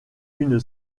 une